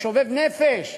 הוא משובב נפש,